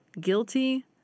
guilty